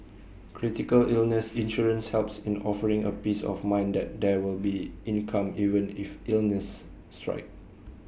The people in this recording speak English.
critical illness insurance helps in offering A peace of mind that there will be income even if illnesses strike